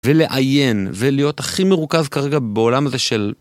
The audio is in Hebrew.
ולעיין ולהיות הכי מרוכז כרגע בעולם הזה של...